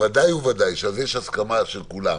ודאי וודאי שעל זה יש הסכמה של כולם,